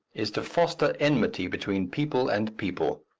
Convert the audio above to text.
is to foster enmity between people and people.